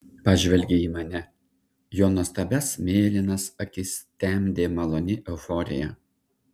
pažvelgė į mane jo nuostabias mėlynas akis temdė maloni euforija